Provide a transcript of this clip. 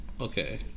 Okay